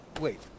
Wait